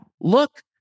Look